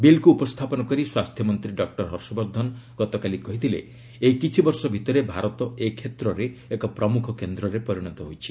ବିଲ୍କୁ ଉପସ୍ଥାପନ କରି ସ୍ୱାସ୍ଥ୍ୟମନ୍ତୀ ଡକ୍ଟର ହର୍ଷବର୍ଦ୍ଧନ କହିଛନ୍ତି ଏହି କିଛି ବର୍ଷ ଭିତରେ ଭାରତ ଏ କ୍ଷେତ୍ରରେ ଏକ ପ୍ରମ୍ରଖ କେନ୍ଦ୍ରରେ ପରିଣତ ହୋଇଛି